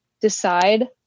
decide